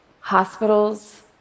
hospitals